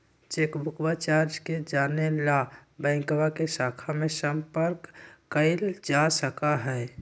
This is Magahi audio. चेकबुकवा चार्ज के जाने ला बैंकवा के शाखा में संपर्क कइल जा सका हई